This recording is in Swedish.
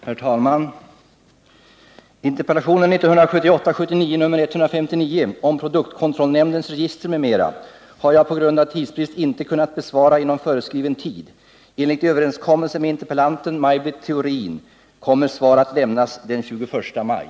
Herr talman! Interpellationen 1978/79:159 om produktkontrollnämndens register m.m. har jag på grund av tidsbrist inte kunnat besvara inom föreskriven tid. Enligt överenskommelse med interpellanten Maj Britt Theorin kommer svar att lämnas den 21 maj.